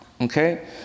okay